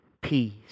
peace